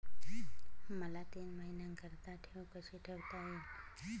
मला तीन महिन्याकरिता ठेव कशी ठेवता येईल?